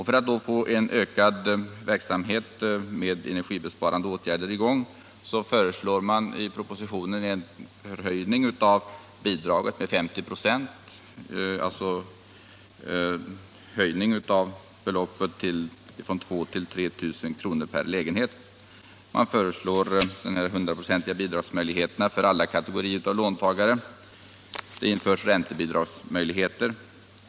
För att få till stånd en ökad satsning på energibesparande åtgärder föreslås i propositionen en höjning av bidraget med 50 96, dvs. en höjning av bidragsbeloppet från 2000 till 3 000 kr. per lägenhet. Man föreslår att 100-procentiga bidragsmöjligheter ges till alla kategorier av låntagare. Det föreslås räntebidragsmöjligheter.